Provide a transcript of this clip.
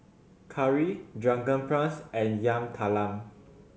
curry Drunken Prawns and Yam Talam